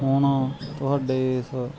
ਹੁਣ ਤੁਹਾਡੇ ਇਸ